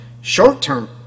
short-term